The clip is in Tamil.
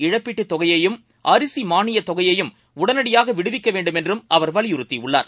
இழப்பீட்டுத் தொகையையும் அரிசிமானியத் தொகையையும் உடனடியாகவிடுவிக்கவேண்டும் என்றும் அவர் வலியுறுத்திஉள்ளார்